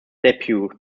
depew